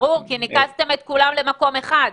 ברור, כי ניקזתם את כולם למקום אחד.